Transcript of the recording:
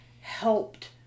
helped